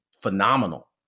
phenomenal